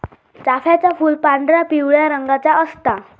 चाफ्याचा फूल पांढरा, पिवळ्या रंगाचा असता